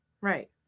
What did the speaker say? Right